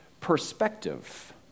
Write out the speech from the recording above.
perspective